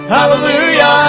Hallelujah